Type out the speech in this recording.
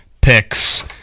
picks